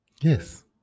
Yes